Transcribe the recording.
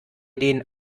den